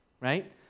right